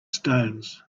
stones